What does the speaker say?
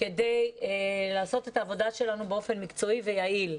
כדי לעשות את העבודה שלנו באופן מקצועי ויעיל.